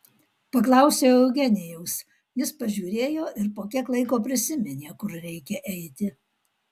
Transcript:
paklausiau eugenijaus jis pažiūrėjo ir po kiek laiko prisiminė kur reikia eiti